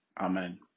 Amen